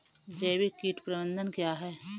जैविक कीट प्रबंधन क्या है?